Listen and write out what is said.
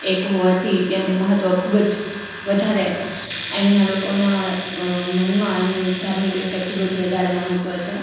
એક હોવાથી તેનું મહત્વ ખૂબ જ વધારે અહીંના લોકોના મનમાં એમનું ધાર્મિક રીતે ખૂબ જ વધારે મહત્વ છે